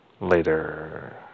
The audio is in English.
later